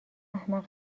احمق